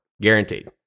Guaranteed